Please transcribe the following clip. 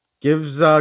gives